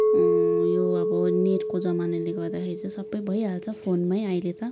यो अब नेटको जमानाले गर्दाखेरि चाहिँ सबै फोनमै भइहाल्छ अहिले त